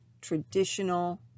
traditional